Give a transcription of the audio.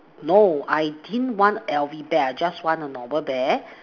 no I didn't want L_V bear I just want a normal bear